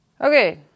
Okay